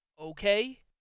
okay